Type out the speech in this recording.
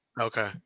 Okay